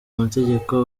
amategeko